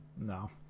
No